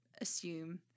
assume